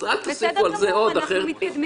אל תוסיפו על זה עוד --- אנחנו מתקדמים.